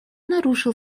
нарушил